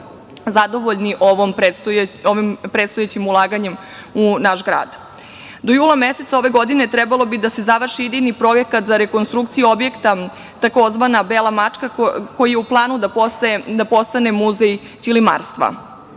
zadovoljni ovim predstojećim ulaganjem u naš grad. Do jula meseca ove godine trebalo bi da se završi idejni projekat za rekonstrukciju objekta tzv. Bela mačka koji je u planu da postane muzej ćilimarstva.